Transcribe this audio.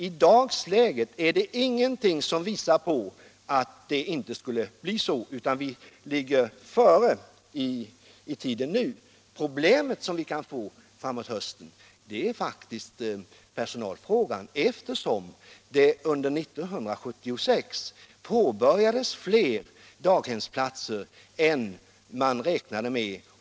I dagsläget finns ingenting som visar på att det inte skulle bli så; vi ligger nu före. Det problem som vi kan få framåt hösten gäller faktiskt personalfrågan, eftersom det under 1976 påbörjades fler daghemsplatser än man räknat med.